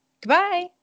Goodbye